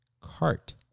cart